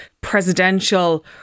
presidential